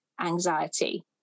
anxiety